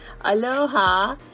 aloha